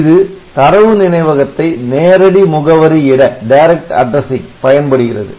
இது தரவு நினைவகத்தை நேரடி முகவரியிட பயன்படுகிறது